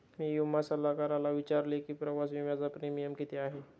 मी विमा सल्लागाराला विचारले की प्रवास विम्याचा प्रीमियम किती आहे?